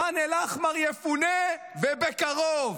ח'אן אל-אחמר יפונה ובקרוב